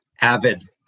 Avid